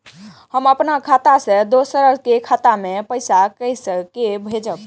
हम अपन खाता से दोसर के खाता मे पैसा के भेजब?